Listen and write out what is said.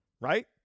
right